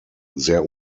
sehr